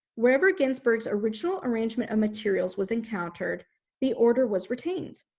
wherever ginsberg's original arrangement of materials was encountered the order was retained.